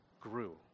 grew